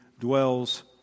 dwells